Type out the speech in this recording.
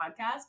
podcast